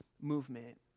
movement